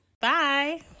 Bye